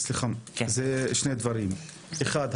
שני דברים: אחד,